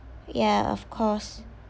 ya of course